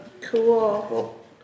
Cool